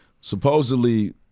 Supposedly